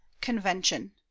Convention